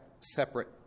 separate